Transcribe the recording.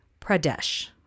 Pradesh